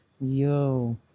Yo